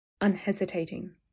Unhesitating